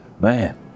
man